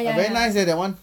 like very nice eh that [one]